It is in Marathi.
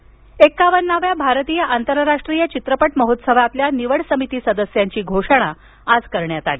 इफ्फी एक्कावन्नाव्या भारतीय आंतरराष्ट्रीय चित्रपट महोत्सवातल्या निवड समिती सदस्यांची घोषणा आज करण्यात आली